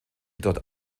dort